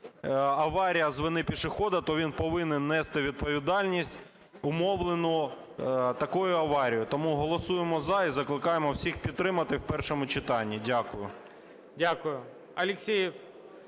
аварія з вини пішохода, то він повинен нести відповідальність, умовлену такою аварією. Тому голосуємо – за. І закликаємо всіх підтримати в першому читанні. Дякую.